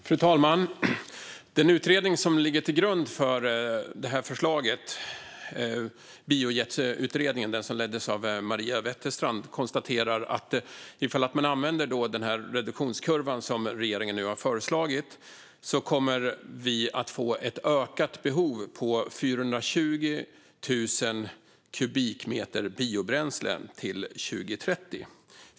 Fru talman! Den utredning som ligger till grund för detta förslag, Biojetutredningen, som leddes av Maria Wetterstrand, konstaterar följande: Ifall man använder den reduktionskurva som regeringen nu har föreslagit kommer behovet av biobränslen att öka. Det handlar om 420 000 kubikmeter biobränslen till 2030.